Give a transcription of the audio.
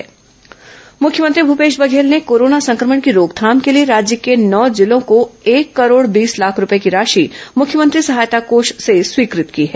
corona संक्रमण राशि जारी मुख्यमंत्री भूपेश बधेल ने कोरोना संक्रमण की रोकथाम के लिए राज्य के नौ जिलों को एक करोड़ बीस लाख रूपये की राशि मुख्यमंत्री सहायता कोष से स्वीकृत की है